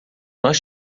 nós